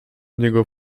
niej